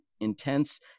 intense